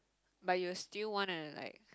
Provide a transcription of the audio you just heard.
but you still wanna like